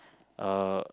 uh